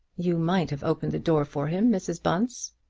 you might have opened the door for him, mrs. bunce.